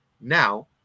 Now